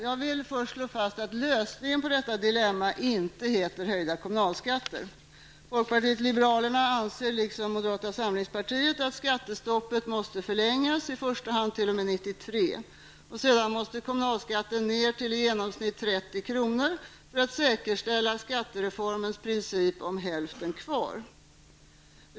Jag vill först slå fast att lösningen på detta dilemma inte heter höjda kommunalskatter. Folkpartiet liberalerna anser liksom moderata samlingspartiet att skattestoppet måste förlängas, i första hand t.o.m. år 1993. Sedan måste kommunalskatten sänkas till i genomsnitt 30 kr. för att säkerställa skattereformens princip om ''hälften kvar''.